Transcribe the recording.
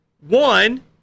One